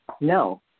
no